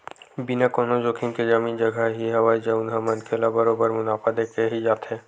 बिना कोनो जोखिम के जमीन जघा ही हवय जउन ह मनखे ल बरोबर मुनाफा देके ही जाथे